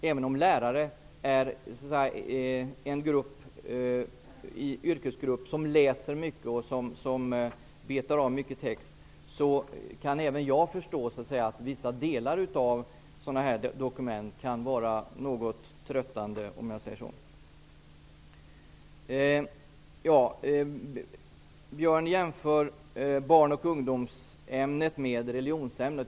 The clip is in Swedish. Även om lärare är en yrkesgrupp som läser mycket och som betar av mycket text kan jag förstå att vissa delar av sådana dokument kan vara något tröttande. Björn Samuelson jämför ämnet barn och ungdomskunskap med religionsämnet.